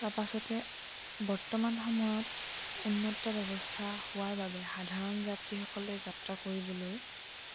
তাৰপাছতে বৰ্তমান সময়ত উন্নত ব্যৱস্থা হোৱাৰ বাবে সাধাৰণ যাত্ৰীসকলে যাত্ৰা কৰিবলৈ